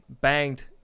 banged